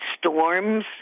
storms